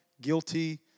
guilty